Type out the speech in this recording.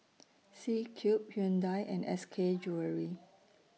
C Cube Hyundai and S K Jewellery